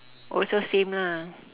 also same lah